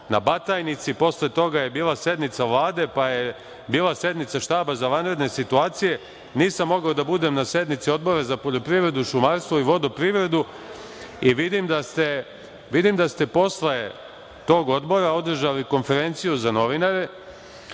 u Batajnici. Posle toga je bila sednica Vlade, pa je bila sednica Štaba za vanredne situacije. Nisam mogao da budem na sednici Odbora za poljoprivredu, šumarstvo i vodoprivredu i vidim da ste posle tog odbora održali konferenciju za novinare,